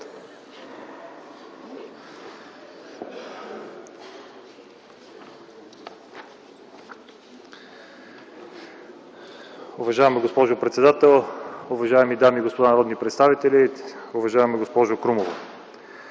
Уважаема госпожо председател, уважаеми дами и господа народни представители! Уважаема госпожо Крумова,